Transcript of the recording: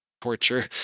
torture